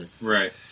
Right